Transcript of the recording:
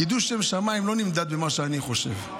קידוש שם שמיים לא נמדד במה שאני חושב,